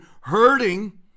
hurting